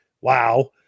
Wow